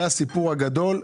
זה הסיפור הגדול.